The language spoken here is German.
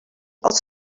aus